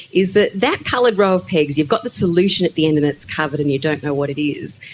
is that that coloured row of pegs, you've got the solution at the end and it's covered and you don't know what it is,